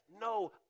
no